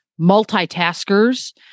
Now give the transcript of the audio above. multitaskers